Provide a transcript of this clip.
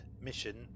mission